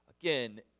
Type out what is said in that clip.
Again